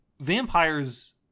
vampires